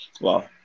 wow